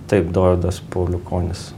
taip dovydas pauliukonis